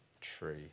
tree